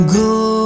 go